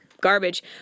garbage